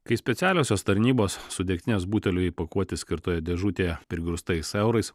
kai specialiosios tarnybos su degtinės buteliui įpakuoti skirtoje dėžutėje prigrūstais eurais